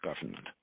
government